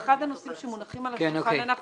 אחד הנושאים שמונחים על השולחן ואנחנו